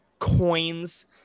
coins